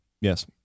Yes